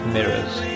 Mirrors